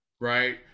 right